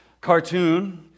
cartoon